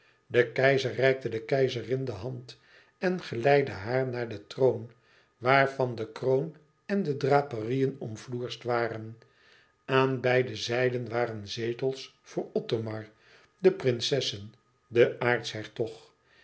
de keizer reikte de keizerin de hand en geleidde haar naar den troon waarvan de kroon en de draperiëen omfloersd waren aan beide zijden waren zetels voor othomar de prinsessen den aartshertog